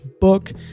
book